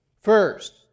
first